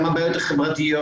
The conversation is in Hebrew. גם הבעיות החברתיות,